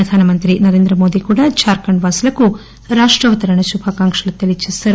ప్రధాన మంత్రి నరేంద్ర మోదీ కూడా జార్ఖండ్ వాసులకు రాప్రావతరణ శుభాకాంక్షలు తెలియజేశారు